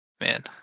man